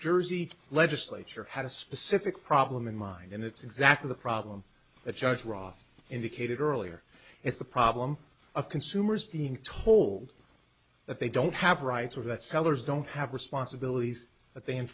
each legislature had a specific problem in mind and it's exactly the problem that judge roth indicated earlier is the problem of consumers being told that they don't have rights or that sellers don't have responsibilities but they in